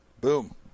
Boom